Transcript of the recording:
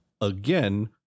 again